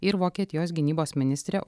ir vokietijos gynybos ministrė